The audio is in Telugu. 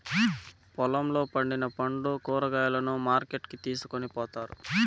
పొలంలో పండిన పండ్లు, కూరగాయలను మార్కెట్ కి తీసుకొని పోతారు